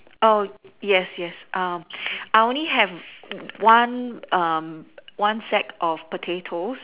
oh yes yes um I only have one um one sack of potatoes